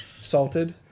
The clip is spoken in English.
salted